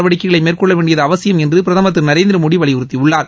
நடவடிக்கைகளை மேற்கொள்ள வேண்டியது அவசியம் என்று பிர்தமர் திரு நரேந்திர் மோடி வலியுறுத்தியுள்ளார்